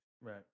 Right